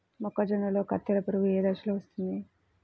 మొక్కజొన్నలో కత్తెర పురుగు ఏ దశలో వస్తుంది?